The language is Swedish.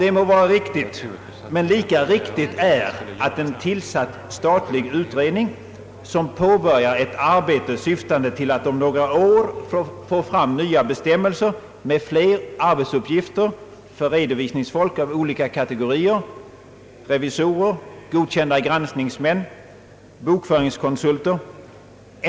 Det må vara riktigt, men lika riktigt är att en tillsatt statlig utredning, som påbörjar ett arbete syftande till att om några år få fram nya bestämmelser med fler arbetsuppgifter för redovisningsfolk av olika kategorier — revisorer, godkända granskningsmän, bokföringskonsulter —